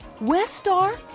Westar